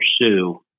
pursue